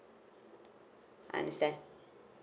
understand